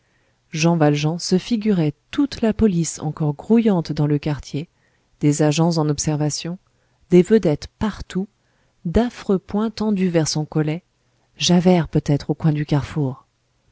jean valjean se figurait toute la police encore grouillante dans le quartier des agents en observation des vedettes partout d'affreux poings tendus vers son collet javert peut-être au coin du carrefour